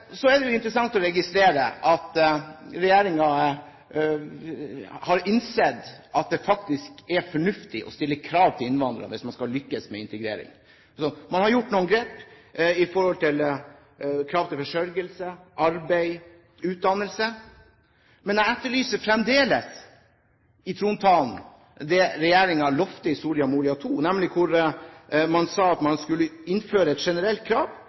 Så er det jo interessant å registrere at regjeringen har innsett at det faktisk er fornuftig å stille krav til innvandrerne hvis man skal lykkes med integreringen. Man har gjort noen grep i forhold til krav til forsørgelse, arbeid, utdannelse, men jeg etterlyser fremdeles i trontalen det som regjeringen lovte i Soria Moria-II, nemlig at man skulle «innføre et generelt krav